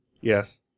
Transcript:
Yes